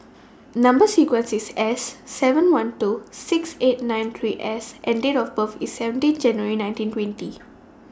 Number sequence IS S seven one two six eight nine three S and Date of birth IS seventeen January nineteen twenty